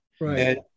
Right